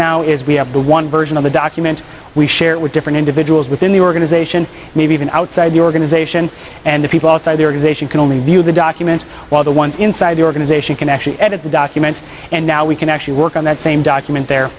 now is we have one version of the document we share with different individuals within the organization maybe even outside the organization and the people outside the organization can only view the document while the ones inside the organization can actually edit the document and now we can actually work on that same document there